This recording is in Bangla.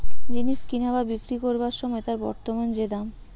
জিনিস কিনা বা বিক্রি কোরবার সময় তার বর্তমান যে দাম